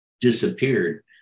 disappeared